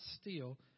steal